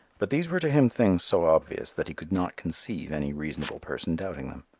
but these were to him things so obvious that he could not conceive any reasonable person doubting them.